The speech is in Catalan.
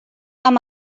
amb